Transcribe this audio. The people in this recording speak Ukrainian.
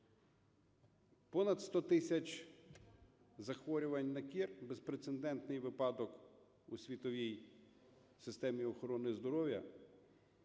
Понад 100 тисяч захворювань на кір - безпрецедентний випадок у світовій системі охорони здоров'я,